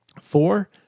Four